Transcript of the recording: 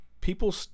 people